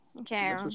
okay